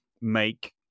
make